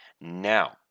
Now